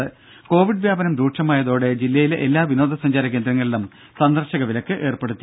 ദേദ കോവിഡ് വ്യാപനം രൂക്ഷമായതോടെ മലപ്പുറം ജില്ലയിലെ എല്ലാ വിനോദസഞ്ചാര കേന്ദ്രങ്ങളിലും സന്ദർശക വിലക്കേർപ്പെടുത്തി